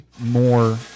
more